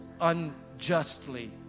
unjustly